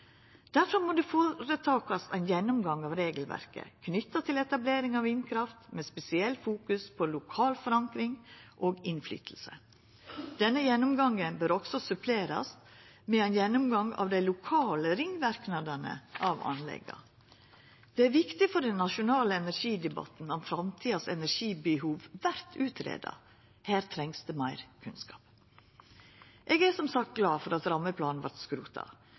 ein gjennomgå regelverket knytt til etablering av vindkraft med spesiell fokus på lokal forankring og innflytelse. Denne gjennomgangen bør også supplerast med ein gjennomgang av dei lokale ringverknadene av anlegga. Det er viktig for den nasjonale energidebatten at framtidas energibehov vert utgreidd. Her trengst det meir kunnskap. Eg er som sagt glad for at rammeplanen vart skrota.